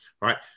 right